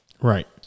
Right